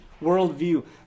worldview